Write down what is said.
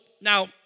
now